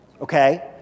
okay